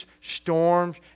storms